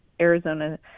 Arizona